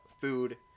food